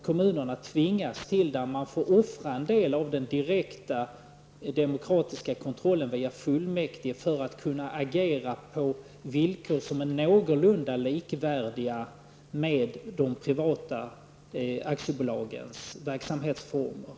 Kommunerna tvingas till denna nödlösning och får offra en del av den direkta demokratiska kontrollen via fullmäktige för att kunna agera på någorlunda likvärdiga villkor med de privata aktiebolagens verksamhetsformer.